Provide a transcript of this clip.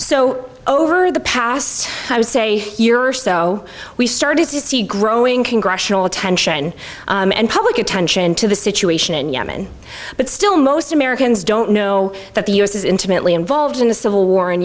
so over the past i would say a year or so we started to see growing congressional attention and public attention to the situation in yemen but still most americans don't know that the u s is intimately involved in the civil war